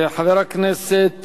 חבר הכנסת